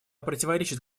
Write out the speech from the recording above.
противоречит